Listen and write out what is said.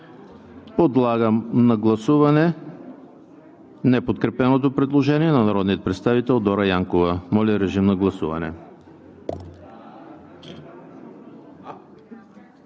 Подлагам на гласуване неподкрепеното предложение на народния представител Дора Янкова. Гласували